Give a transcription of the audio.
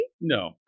No